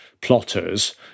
plotters